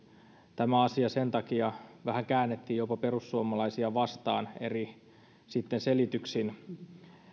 tämä asia sen takia vähän käännettiin jopa perussuomalaisia vastaan eri selityksin ja